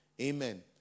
amen